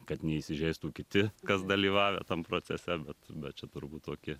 kad neįsižeistų kiti kas dalyvavę tam procese bet bet čia turbūt tokie